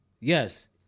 Yes